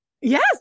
Yes